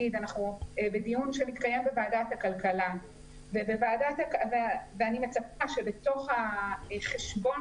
שאנחנו בדיון שמתקיים בוועדת הכלכלה ואני מצפה שבתוך החשבון